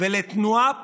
לריבונו של עולם,